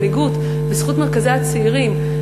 מנהיגות בזכות מרכזי הצעירים.